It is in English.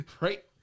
right